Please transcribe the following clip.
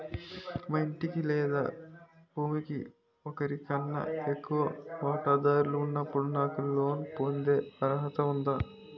మా ఇంటికి లేదా భూమికి ఒకరికన్నా ఎక్కువ వాటాదారులు ఉన్నప్పుడు నాకు లోన్ పొందే అర్హత ఉందా?